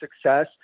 success